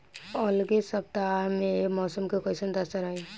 अलगे सपतआह में मौसम के कइसन दशा रही?